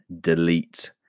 delete